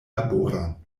laboron